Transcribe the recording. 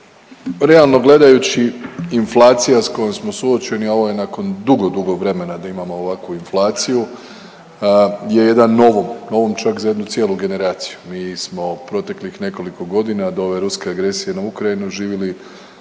realno gledajući inflacija s kojom smo suočeni, a ovo je nakon dugo dugo vremena da imamo ovakvu inflaciju je jedan novum, novum čak za jednu cijelu generaciju. Mi smo proteklih nekoliko godina do ove ruske agresije na Ukrajinu živili